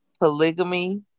polygamy